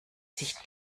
sich